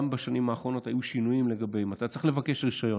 גם בשנים האחרונות היו שינויים לגביהם: אתה צריך לבקש רישיון,